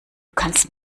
kannst